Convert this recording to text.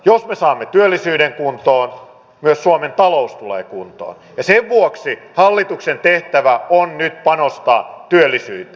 jos me saamme työllisyyden kuntoon myös suomen talous tulee kuntoon ja sen vuoksi hallituksen tehtävä on nyt panostaa työllisyyteen